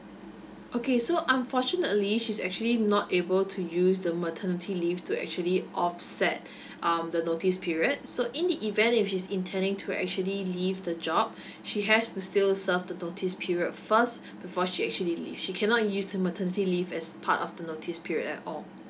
okay so unfortunately she's actually not able to use the maternity leave to actually offset um the notice period so in the event if she's intending to actually leave the job she has to still serve the notice period first before she actually leave she cannot use the maternity leave as part of the notice period at all